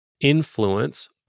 influence